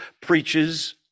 preaches